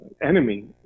enemy